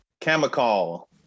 Chemical